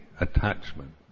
attachment